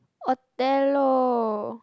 hotel oh